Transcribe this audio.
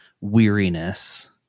weariness